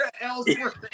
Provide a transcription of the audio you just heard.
Ellsworth